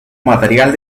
material